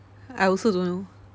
I also don't know